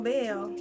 Bell